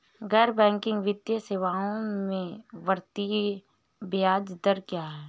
गैर बैंकिंग वित्तीय सेवाओं में आवर्ती ब्याज दर क्या है?